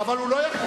אבל הוא צועק.